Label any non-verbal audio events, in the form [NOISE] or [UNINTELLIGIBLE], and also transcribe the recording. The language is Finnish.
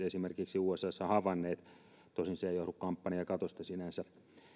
[UNINTELLIGIBLE] esimerkiksi usassa havainneet tosin se ei johdu kampanjakatosta sinänsä